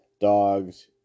dogs